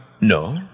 No